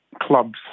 Clubs